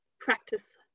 practice